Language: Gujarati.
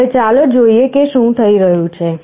હવે ચાલો જોઈએ કે શું થઈ રહ્યું છે